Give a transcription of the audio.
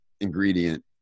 ingredient